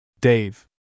Dave